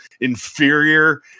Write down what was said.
inferior